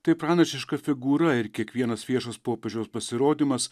tai pranašiška figūra ir kiekvienas viešas popiežiaus pasirodymas